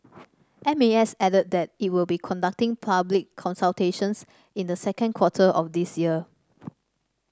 M A S added that it will be conducting public consultations in the second quarter of this year